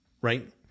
right